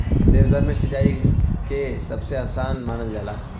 देश भर में सिंचाई के सबसे आसान मानल जाला